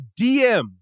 DM